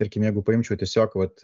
tarkim jeigu paimčiau tiesiog vat